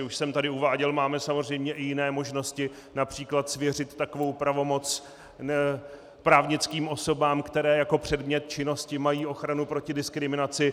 Už jsem tady uváděl, máme samozřejmě i jiné možnosti, například svěřit takovou pravomoc právnickým osobám, které jako předmět činnosti mají ochranu proti diskriminaci.